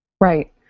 Right